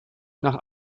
nach